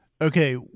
okay